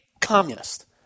communist